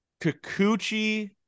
kikuchi